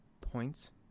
points